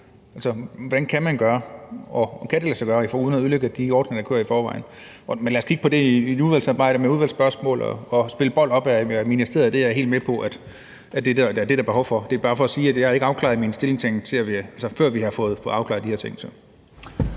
hvad man kan gøre, og om det kan lade sig gøre uden at ødelægge de ordninger, der kører i forvejen. Men lad os kigge på det i udvalgsarbejdet med udvalgsspørgsmål og spille bold op ad ministeriet; det er jeg helt med på at der er behov for. Det er bare for sige, at jeg ikke er afklaret i min stillingtagen, før vi har fået afklaret de her ting.